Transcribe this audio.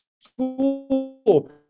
school